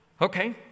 Okay